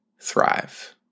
thrive